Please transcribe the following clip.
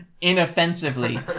Inoffensively